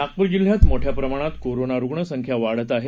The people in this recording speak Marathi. नागपूर जिल्ह्यात मोठ्या प्रमाणात कोरोना रुग्णसंख्या वाढत आहेत